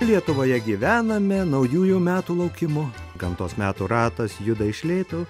lietuvoje gyvename naujųjų metų laukimu gamtos metų ratas juda iš lėto